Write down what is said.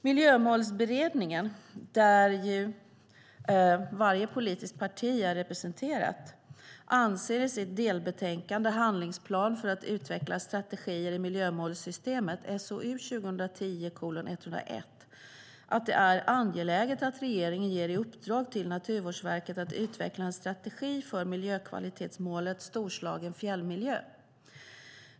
Miljömålsberedningen, där varje politiskt parti är representerat, anser i sitt delbetänkande Handlingsplan för att utveckla strategier i miljömålssystemet att det är angeläget att regeringen ger i uppdrag till Naturvårdsverket att utveckla en strategi för miljökvalitetsmålet Storslagen fjällmiljö.